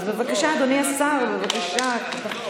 אז בבקשה, אדוני השר, בבקשה.